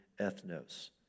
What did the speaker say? ethnos